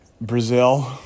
Brazil